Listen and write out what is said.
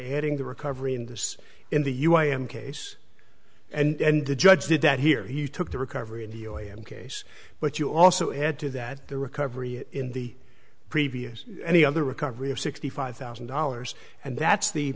adding the recovery in this in the u i in case and the judge did that here he took the recovery in the oil and case but you also add to that the recovery in the previous any other recovery of sixty five thousand dollars and that's the